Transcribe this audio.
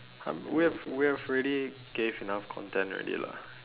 we have we have already gave enough content already lah